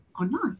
online